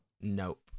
nope